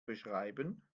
beschreiben